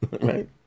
right